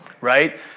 right